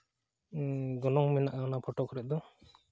ᱜᱚᱱᱚᱝ ᱢᱮᱱᱟᱜᱼᱟ ᱚᱱᱟ ᱯᱷᱳᱴᱳ ᱠᱚᱨᱮᱫ ᱫᱚ